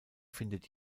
findet